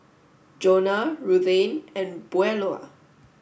Jonah Ruthanne and Beulah